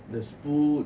there's food